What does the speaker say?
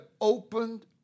opened